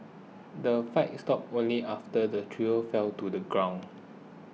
the fight stopped only after the trio fell to the ground